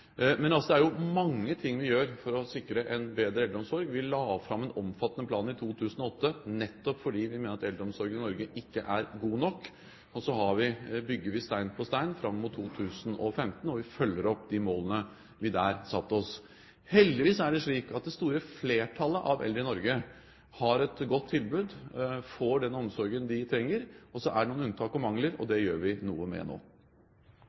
Det er mange ting vi gjør for å sikre en bedre eldreomsorg. Vi la fram en omfattende plan i 2008 nettopp fordi vi mente at eldreomsorgen i Norge ikke var god nok. Så bygger vi stein på stein fram mot 2015, og vi følger opp de målene vi der satte oss. Heldigvis er det slik at det store flertallet av eldre i Norge har et godt tilbud og får den omsorgen de trenger. Så er det noen unntak og mangler, og det gjør vi noe med nå.